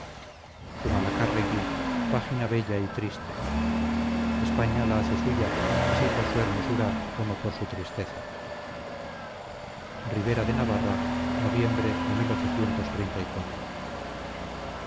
carácter histórico zumalacárregui página bella y triste españa la hace suya así por su hermosura como por su tristeza ribera de navarra noviembre de